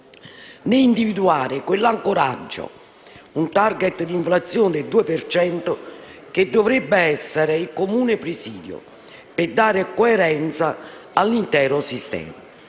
né individuare quell'ancoraggio - un *target* d'inflazione del 2 per cento - che dovrebbe essere il comune presidio per dare coerenza all'intero sistema.